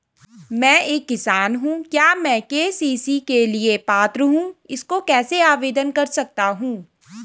मैं एक किसान हूँ क्या मैं के.सी.सी के लिए पात्र हूँ इसको कैसे आवेदन कर सकता हूँ?